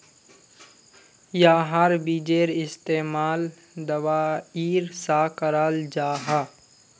याहार बिजेर इस्तेमाल दवाईर सा कराल जाहा